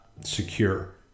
secure